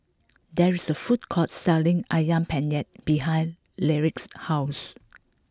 there is a food court selling Ayam Penyet behind Lyric's house